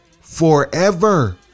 forever